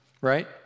right